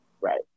right